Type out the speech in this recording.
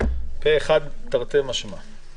הצבעה אושר.